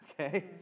okay